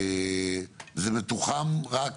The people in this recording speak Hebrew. זה מתוחם רק